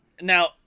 now